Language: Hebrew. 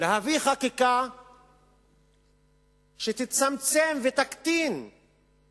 יביאו חקיקה שתצמצם ותקטין מסים